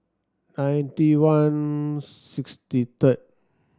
ninety one sixty third